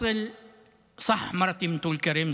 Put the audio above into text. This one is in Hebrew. אז נכון שאשתי מטול כרם,